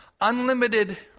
Unlimited